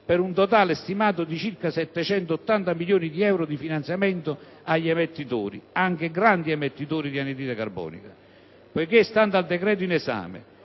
per un totale stimato di circa 780 milioni di euro di finanziamento agli emettitori (anche grandi emettitori) di anidride carbonica. Poiché, stando al decreto-legge in esame,